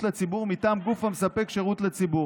לציבור מטעם גוף המספק שירות לציבור,